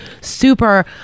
super